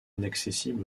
inaccessibles